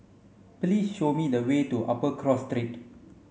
please show me the way to Upper Cross Street